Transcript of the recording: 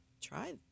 try